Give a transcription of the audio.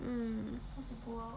mm